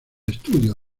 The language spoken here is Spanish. estudio